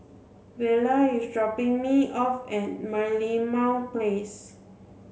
Vela is dropping me off at Merlimau Place